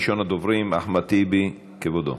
ראשון הדוברים, אחמד טיבי, כבודו.